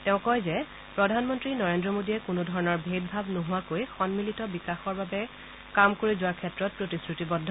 তেওঁ কয় যে প্ৰধানমন্ত্ৰী নৰেজ্ৰ মোডীয়ে কোনো ধৰণৰ ভেদ ভাৱ নোহোৱাকৈ সন্মিলিত বিকাশৰ বাবে কাম কৰি যোৱাৰ ক্ষেত্ৰত প্ৰতিশ্ৰতিবদ্ধ